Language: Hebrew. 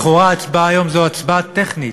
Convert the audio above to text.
לכאורה ההצבעה היום היא הצבעה טכנית,